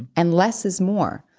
and less is more.